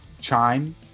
chime